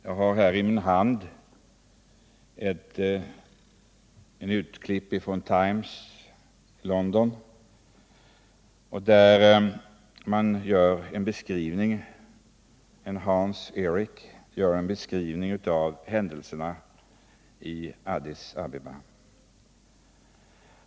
Jag har i min hand ett urklipp ur Times där Hans Eerik beskriver händelserna i Addis Abeba.